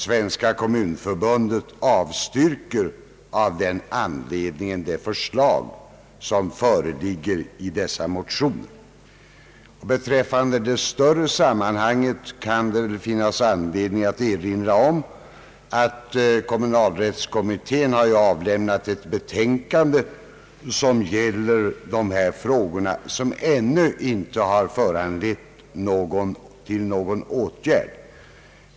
Svenska kommunförbundet avstyrker av den anledningen det förslag som föreligger i denna motion. Beträffande det större sammanhanget kan det väl finnas anledning att erinra om att kommunalrättskommittén avlämnat ett betänkande som gäller dessa frågor och som ännu inte har föranlett någon åtgärd.